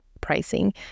pricing